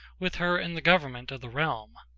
with her in the government of the realm.